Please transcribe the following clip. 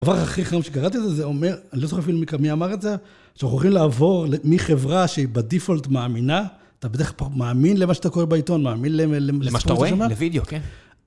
הדבר הכי חם שקראתי את זה, זה אומר, אני לא זוכר אפילו מי אמר את זה, שוכחים לעבור מחברה שהיא בדיפולט מאמינה, אתה בדרך כלל מאמין למה שאתה קורא בעיתון, מאמין למה שאתה רואה, בוידאו, כן.